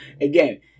again